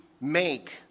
make